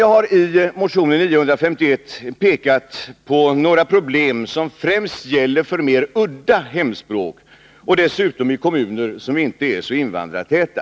Jag har i motion 951 pekat på några problem som främst gäller för mer udda hemspråk och dessutom i kommuner som inte är så invandrartäta.